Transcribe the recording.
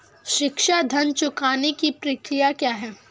शिक्षा ऋण चुकाने की प्रक्रिया क्या है?